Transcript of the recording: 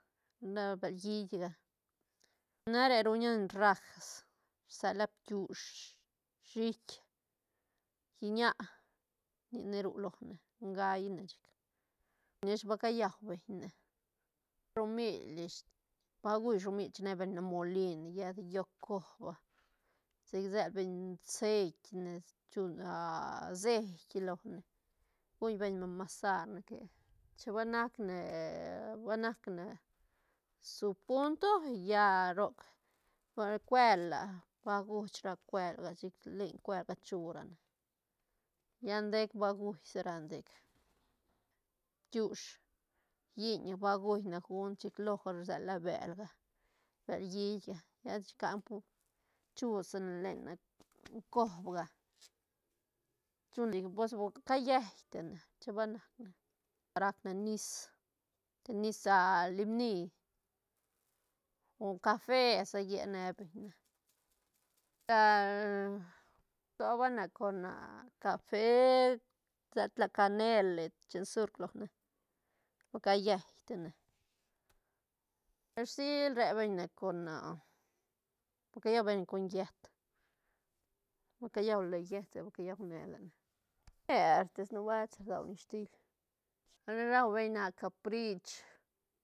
Na bel hiitga na re ruñane en rajas rsela bkiush shiit lliñ ñä ni ne ru lone don gaine chic nish ba cayau beñ ne, shomil ish ba juí shomil chine beñ ne molin lla de yot coba chic sel beñ ceit ne chu seit lone guñ beñ ne masarne que chin ba nacne- ba nacne su punto lla roc rcua cuela ba guch ra cuelga chin len cuelga chu rane lla ndet ba guí sa ra ndec bkiush, lliñ ba juine junt chic loga rsela bel ga bel hiit lla chica pur chusine lena cobga chune pues cayeitine chin ba nacne rac ne nis te nis lim ni o cafe sa llene beñ ne tobane con café rsela tla canele chen zurc lone ba cayei tine rsil re beñne con a ba ca llau beñne con yët ba ca llaula ne lane mertis nubuelt si rdaune hiistil na ni rubeñ na caprich.